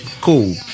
Cool